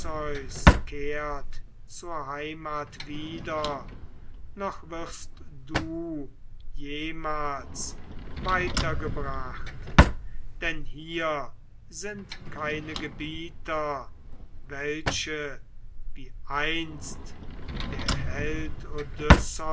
zur heimat wieder noch wirst du jemals weiter gebracht denn hier sind keine gebieter welche wie einst der